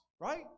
right